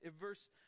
verse